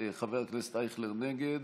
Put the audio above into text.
חבר הכנסת אייכלר, נגד.